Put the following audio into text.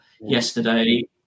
yesterday